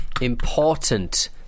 important